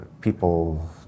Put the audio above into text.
people